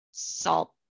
salt